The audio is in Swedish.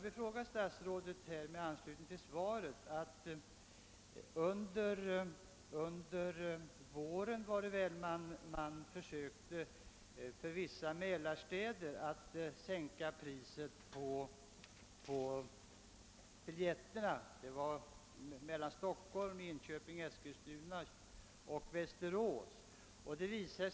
I anslutning till svaret vill jag erinra statsrådet om att SJ i våras inledde försök med att sänka biljettpriserna mellan vissa Mälarstäder — Enköping, Eskilstuna, Köping och Västerås — och Stockholm.